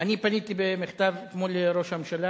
אני פניתי במכתב אתמול לראש הממשלה.